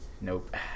Nope